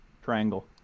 Triangle